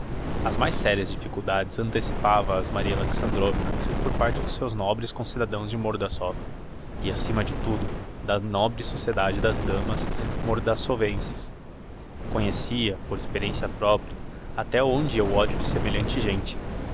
as mais sérias difficuldades antecipava as maria alexandrovna por parte dos seus nobres concidadãos de mordassov e acima de tudo da nobre sociedade das damas mordassovenses conhecia por experiencia propria até onde ia o odio de semelhante gente